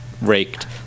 raked